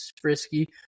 frisky